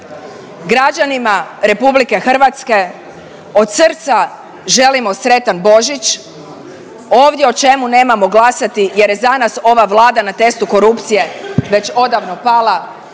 Građanima RH od srca želimo sretan Božić, ovdje o čemu nemamo glasati jer je za nas ova Vlada na testu korupcije već odavno pala